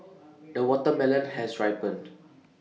the watermelon has ripened